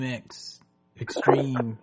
Extreme